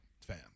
fam